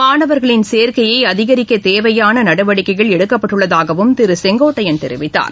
மாணவர்களின் சேர்க்கையை அதிகரிக்க தேவையான நடவடிக்கைகள் எடுக்கப்பட்டுள்ளதாகவும் திரு செங்கோட்டையன் தெரிவித்தார்